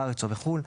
בארץ או בחו"ל.